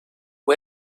who